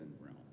Realm